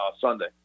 Sunday